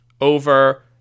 over